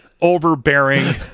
overbearing